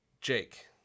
Jake